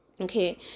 okay